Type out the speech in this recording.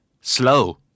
Slow